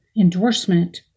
endorsement